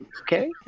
okay